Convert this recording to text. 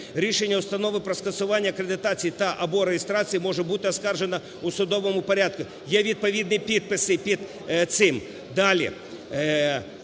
Рішення установи про скасування акредитації та (або) реєстрації може бути оскаржене у судовому порядку." Є відповідні підписи під цим.